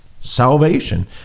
salvation